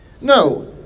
No